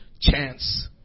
chance